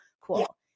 cool